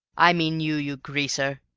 i mean you, you greaser!